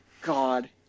God